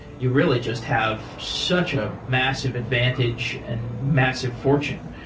you really just have such a massive advantage and massive fortune.